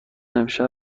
امشب